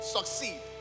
Succeed